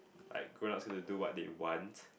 like grown ups gonna do what they want